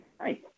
Hi